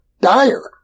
dire